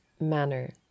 manner